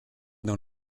dans